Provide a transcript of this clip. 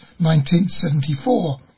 1974